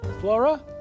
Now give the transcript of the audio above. Flora